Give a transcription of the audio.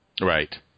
Right